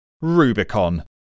Rubicon